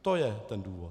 To je ten důvod!